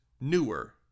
newer